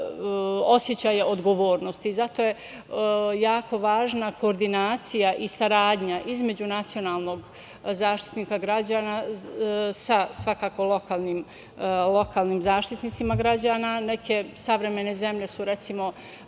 osećaja odgovornosti. Zato je jako važna koordinacija i saradnja između nacionalnog Zaštitnika građana sa lokalnim zaštitnicima građana. Recimo, neke savremene zemlje su uvele